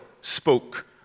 spoke